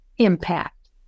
impact